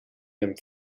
and